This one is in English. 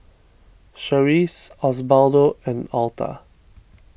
Charisse Osbaldo and Alta